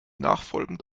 nachfolgend